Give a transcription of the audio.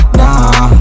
nah